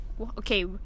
okay